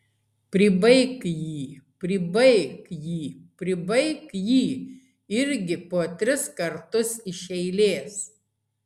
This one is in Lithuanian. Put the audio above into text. pribaik jį pribaik jį pribaik jį irgi po tris kartus iš eilės